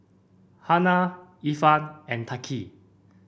Hana Irfan and Thaqif